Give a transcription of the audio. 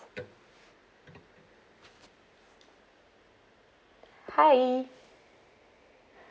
hi